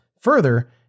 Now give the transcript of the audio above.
Further